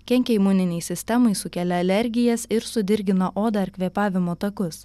kenkia imuninei sistemai sukelia alergijas ir sudirgina odą ar kvėpavimo takus